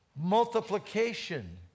multiplication